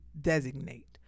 designate